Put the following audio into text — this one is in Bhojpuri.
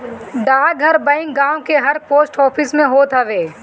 डाकघर बैंक गांव के हर पोस्ट ऑफिस में होत हअ